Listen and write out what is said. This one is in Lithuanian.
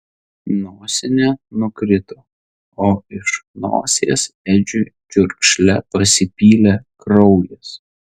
nosinė nukrito o iš nosies edžiui čiurkšle pasipylė kraujas